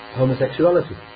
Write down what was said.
homosexuality